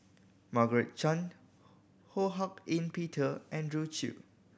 Margaret Chan Ho Hak Ean Peter Andrew Chew